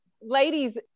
Ladies